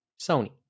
Sony